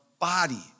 Body